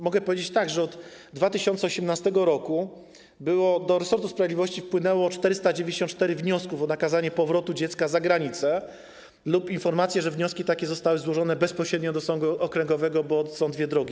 Mogę powiedzieć, że od 2018 r. do resortu sprawiedliwości wpłynęły 494 wnioski o nakazanie powrotu dziecka za granicę lub informacje, że wnioski takie zostały złożone bezpośrednio do sądu okręgowego, bo oczywiście są tu dwie drogi.